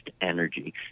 energy